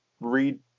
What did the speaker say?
read